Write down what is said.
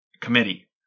committee